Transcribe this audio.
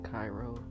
Cairo